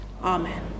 Amen